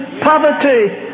poverty